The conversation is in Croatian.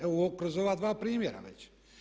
Evo kroz ova dva primjera već.